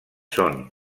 són